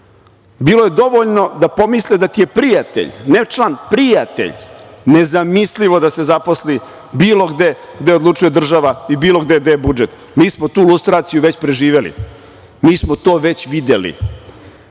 Bilo je dovoljno da pomisle da ti je prijatelj, ne član, prijatelj, nezamislivo da zaposli bilo gde odlučuje država i bilo gde gde je budžet. Mi smo tu lustraciju već preživeli. Mi so to već